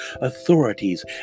authorities